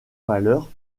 malheur